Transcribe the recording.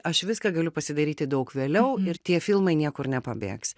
aš viską galiu pasidaryti daug vėliau ir tie filmai niekur nepabėgs